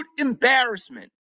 embarrassment